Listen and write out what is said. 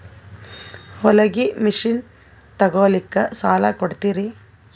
ಹೊಲಗಿ ಮಷಿನ್ ತೊಗೊಲಿಕ್ಕ ಸಾಲಾ ಕೊಡ್ತಿರಿ?